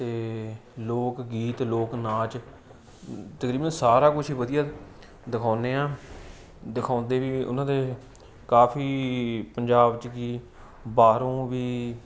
ਅਤੇ ਲੋਕ ਗੀਤ ਲੋਕ ਨਾਚ ਤਕਰੀਬਨ ਸਾਰਾ ਕੁਝ ਵਧੀਆ ਦਿਖਾਉਦੇ ਆ ਦਿਖਾਉਂਦੇ ਵੀ ਉਹਨਾਂ ਦੇ ਕਾਫੀ ਪੰਜਾਬ 'ਚ ਕੀ ਬਾਹਰੋਂ ਵੀ